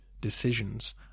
decisions